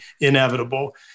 inevitable